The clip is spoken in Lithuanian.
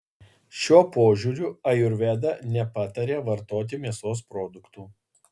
šiuo požiūriu ajurveda nepataria vartoti mėsos produktų